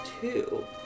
two